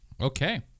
okay